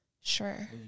Sure